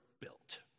built